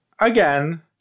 again